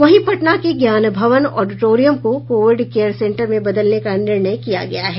वहीं पटना के ज्ञान भवन ऑडोटोरियम को कोविड केयर सेंटर में बदलने का निर्णय किया गया है